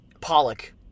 Pollock